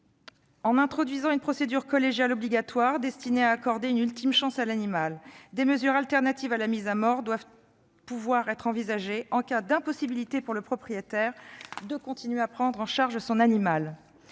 en introduisant une procédure collégiale obligatoire destinée à accorder une ultime chance à l'animal. Des mesures de substitution à la mise à mort doivent pouvoir être envisagées en cas d'impossibilité pour le propriétaire de continuer à prendre en charge son animal.